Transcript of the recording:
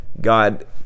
God